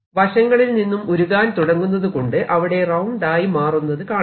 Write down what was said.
വശങ്ങളിൽ നിന്നും ഉരുകാൻ തുടങ്ങുന്നത് കൊണ്ട് അവിടെ റൌണ്ട് ആയി മാറുന്നത് കാണാം